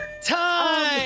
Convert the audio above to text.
time